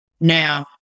Now